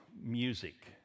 music